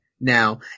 now